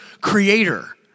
creator